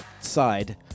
side